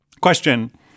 Question